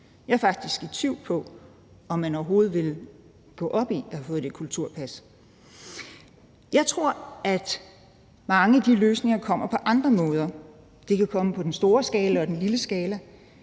Jeg er faktisk i tvivl om, om man overhovedet vil gå op i at have fået det kulturpas. Jeg tror, at mange af de løsninger kommer på andre måder. De kan komme på den store skala og den lille skala.